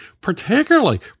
Particularly